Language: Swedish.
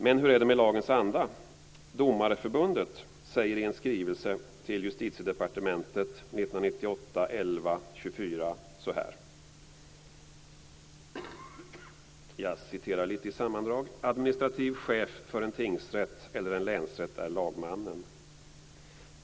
Men hur är det med lagens anda? Domareförbundet säger i en skrivelse till Justitiedepartementet den "Administrativ chef för en tingsrätt eller en länsrätt är lagmannen.